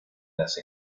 las